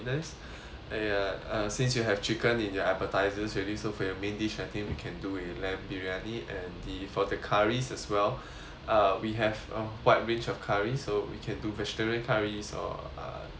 and uh uh since you have chicken in your appetizers already so for your main dish I think we can do a lamb biryani and the for the curries as well uh we have a wide range of curry so we can do vegetarian curries or uh you know